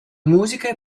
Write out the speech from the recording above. musiche